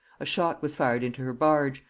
a shot was fired into her barge,